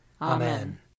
Amen